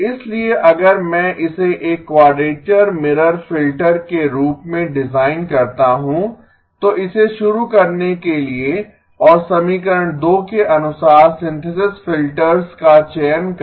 इसलिए अगर मैं इसे एक क्वाडरेचर मिरर फिल्टर के रूप में डिजाइन करता हूं तो इसे शुरू करने के लिए और समीकरण 2 के अनुसार सिंथेसिस फिल्टर्स का चयन करें